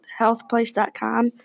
healthplace.com